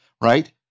right